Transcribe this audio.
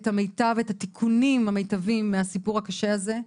את המיטב ואת התיקונים המיטביים מהסיפור הקשה הזה.